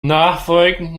nachfolgend